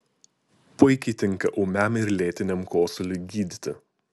puikiai tinka ūmiam ir lėtiniam kosuliui gydyti